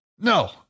no